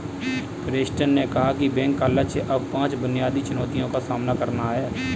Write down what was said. Preston ने कहा कि बैंक का लक्ष्य अब पांच बुनियादी चुनौतियों का सामना करना है